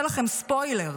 אעשה לכם ספוילר: